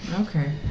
okay